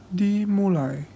dimulai